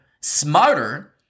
smarter